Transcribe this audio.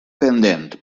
pendent